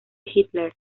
hitler